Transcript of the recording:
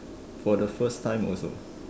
for the first time also